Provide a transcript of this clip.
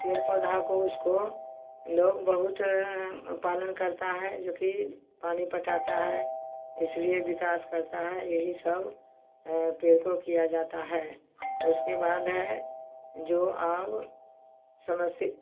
पेड़ पौधा को उसको लोग बहुत पालन करता है जो कि पानी पटाता है इसलिए विकास करता है यही सब है पेड़ को किया जाता है उसके बाद है जो आब समस्तीपुर